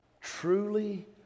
truly